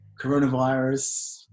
coronavirus